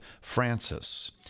Francis